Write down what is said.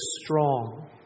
strong